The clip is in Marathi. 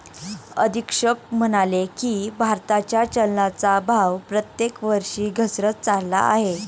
अधीक्षक म्हणाले की, भारताच्या चलनाचा भाव प्रत्येक वर्षी घसरत चालला आहे